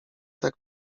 tak